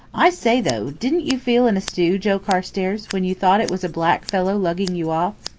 i say, though didn't you feel in a stew, joe carstairs, when you thought it was a black fellow lugging you off?